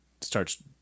starts